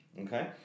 Okay